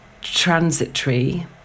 transitory